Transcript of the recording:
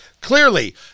clearly